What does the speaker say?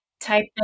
type